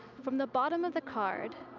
from the bottom of the card,